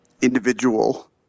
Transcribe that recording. individual